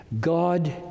God